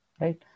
right